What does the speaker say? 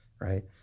right